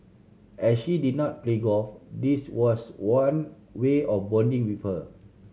as she did not play golf this was one way of bonding with her